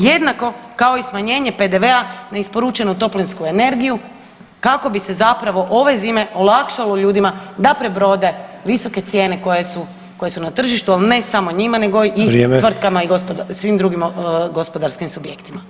Jednako kao i smanjenje PDV-a na isporučenu toplinsku energiju kako bi se zapravo ove zime olakšalo ljudima da prebrode visoke cijene koje su, koje su na tržištu, al ne samo njima [[Upadica: Vrijeme]] nego i tvrtkama i svim drugim gospodarskim subjektima.